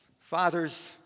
Fathers